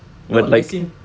no as in